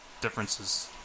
differences